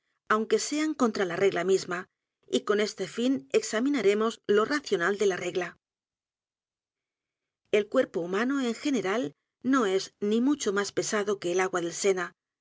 e sean contra la regla misma y con este fin examinaremos lo racional de la regla el cuerpo humano en general no es ni mucho m á s pesado que el agua del s